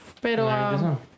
pero